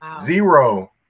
zero